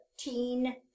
thirteen